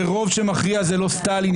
ורוב שמכריע זה לא סטלין,